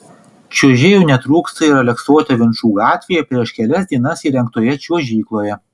čiuožėjų netrūksta ir aleksote vinčų gatvėje prieš kelias dienas įrengtoje čiuožykloje